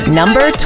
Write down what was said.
number